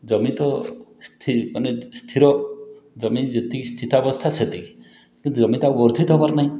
ଜମି ତ ମାନେ ସ୍ଥିର ଜମି ଯେତିକି ସ୍ଥିତାବସ୍ଥା ସେତିକି କିନ୍ତୁ ଜମି ତ ଆଉ ବର୍ଦ୍ଧିତ ହେବାର ନାହିଁ